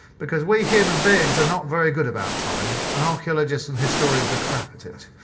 because we human beings are not very good about time, and archaeologists and historians are crap at it.